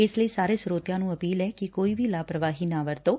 ਇਸ ਲਈ ਸਾਰੇ ਸਰੋਤਿਆਂ ਨੂੰ ਅਪੀਲ ਐ ਕਿ ਕੋਈ ਵੀ ਲਾਪਰਵਾਹੀ ਨਾ ਵਰਤੋਂ